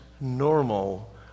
normal